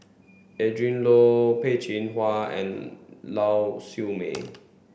Adrin Loi Peh Chin Hua and Lau Siew Mei